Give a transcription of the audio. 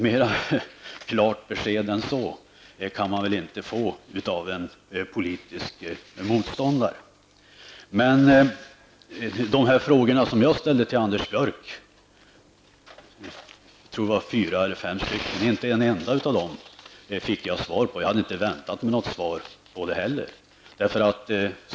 Mera klart besked än så kan man väl inte få av en politisk motståndare. De fyra eller fem frågor som jag ställde till Anders Björck har jag däremot inte fått ett enda svar på. Jag hade heller inte väntat mig något svar.